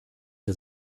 der